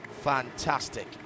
Fantastic